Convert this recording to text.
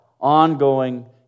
ongoing